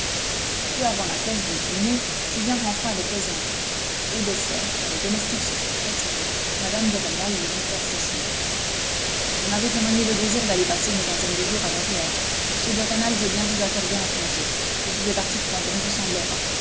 un peu avant la cloche du dîner julien rentra avec les enfants au dessert quand les domestiques se furent retirés mme de rênal lui dit fort sèchement vous m'avez témoigné le désir d'aller passer une quinzaine de jours à verrières m de rênal veut bien vous accorder un congé vous pouvez partir quand bon vous semblera